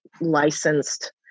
licensed